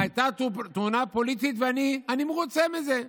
הייתה תאונה פוליטית, ואני מרוצה מזה.